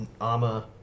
armor